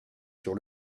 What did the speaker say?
sur